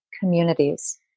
communities